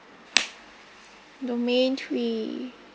domain three